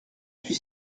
suis